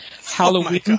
Halloween